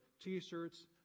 t-shirts